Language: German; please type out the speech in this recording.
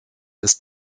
ist